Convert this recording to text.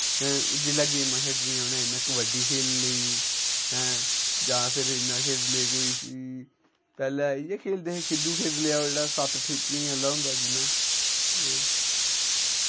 हैं जिसलै गेमां खेढनियां उ'नें इ'यां कबड्डी खेल्ली लेई हैं जां फिर इ'यां खेल्ली लेई कोई पैह्ले इ'यै खेलदे हे खिद्दु खेढी लेआ ओह् जेह्ड़ा सत्त ठीकरियें आह्ला होंदा जि'यां ते